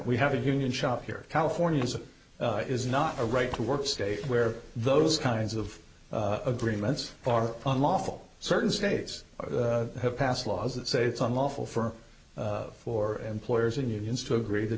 we have a union shop here california is a is not a right to work state where those kinds of agreements are unlawful certain states have passed laws that say it's unlawful for for employers and unions to agree that